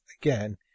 again